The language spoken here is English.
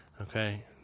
Okay